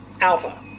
Alpha